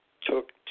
took